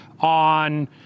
on